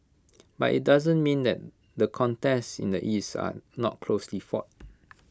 but IT doesn't mean that the contests in the east are not closely fought